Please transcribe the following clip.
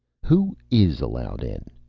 who is allowed in?